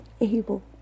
able